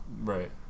right